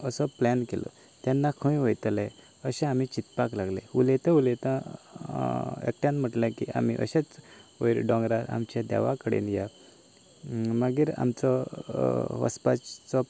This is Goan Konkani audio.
असो प्लॅन केलो तेन्ना खंय वयतले अशें आमी चिंतपाक लागले उलयता उलयता एकट्यान म्हणलें की आमी अशेंच वयर दोंगरार आमच्या देवा कडेन या मागीर आमचो वचपाचो